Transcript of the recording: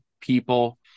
people